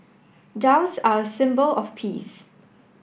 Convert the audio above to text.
doves are a symbol of peace